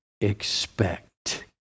expect